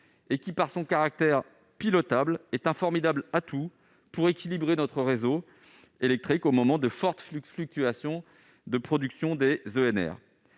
amorti. Par son caractère pilotable, il est un formidable atout pour équilibrer notre réseau électrique lors de fortes fluctuations de production des